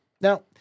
Now